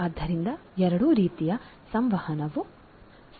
ಆದ್ದರಿಂದ 2 ರೀತಿಯ ಸಂವಹನವು ಸಂಭವಿಸಲಿದೆ